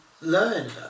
learn